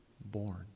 born